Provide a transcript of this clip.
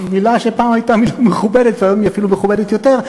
מילה שפעם הייתה מכובדת והיום היא אפילו מכובדת יותר,